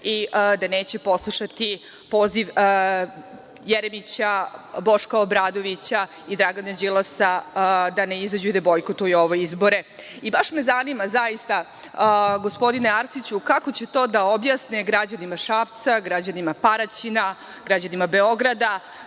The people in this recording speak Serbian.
i da neće poslušati poziv Jeremića, Boška Obradovića i Dragana Đilasa da ne izađu i da bojkotuju ove izbore. Baš me zanima zaista, gospodine Arsiću, kako će to da objasne građanima Šapca, građanima Paraćina, građanima Beograda,